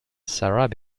sarah